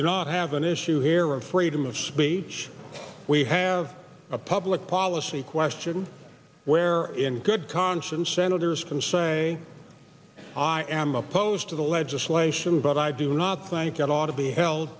do not have an issue here of freedom of speech we have a public policy question where in good conscience senators can say i am opposed to the legislation but i do not think it ought to be held